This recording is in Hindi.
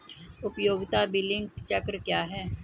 उपयोगिता बिलिंग चक्र क्या है?